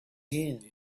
hand